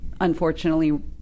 unfortunately